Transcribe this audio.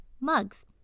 mugs